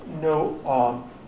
no